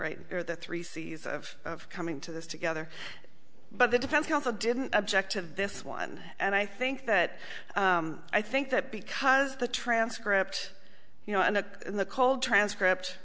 right there the three c's of coming to this together but the defense counsel didn't object to this one and i think that i think that because the transcript you know and the cold transcript